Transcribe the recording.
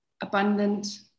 abundant